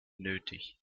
nötig